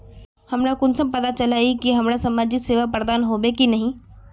हमरा कुंसम पता चला इ की हमरा समाजिक सेवा प्रदान होबे की नहीं?